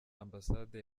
ambasade